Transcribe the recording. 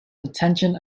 attention